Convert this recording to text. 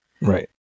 right